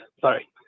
sorry